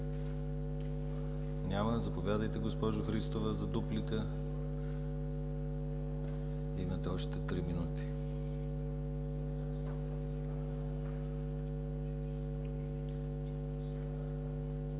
Няма. Заповядайте, госпожо Христова, за дуплика, имате още три минути.